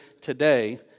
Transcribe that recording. today